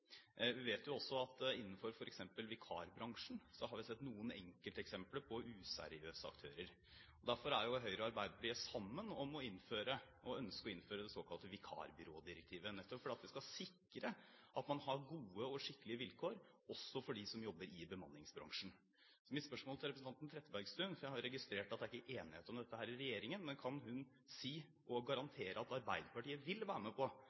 Vi vet også at vi f.eks. innenfor vikarbransjen har sett noen enkelteksempler på useriøse aktører. Derfor er Høyre og Arbeiderpartiet sammen om å ønske å innføre det såkalte vikarbyrådirektivet, nettopp fordi vi skal sikre at man har gode og skikkelige vilkår – også for dem som jobber i bemanningsbransjen. Spørsmålet til representanten Trettebergstuen – for jeg har registrert at det ikke er enighet om dette i regjeringen – er om hun kan si og garantere at Arbeiderpartiet vil være med på